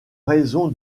raison